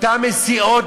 אותן מסיעות,